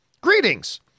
greetings